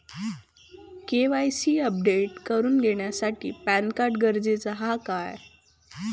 KYC update करूसाठी PAN card गरजेचा हा काय?